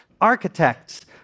Architects